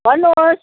भन्नुहोस्